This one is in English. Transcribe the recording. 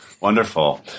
Wonderful